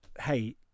hey